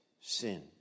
sin